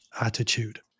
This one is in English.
attitude